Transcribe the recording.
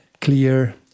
clear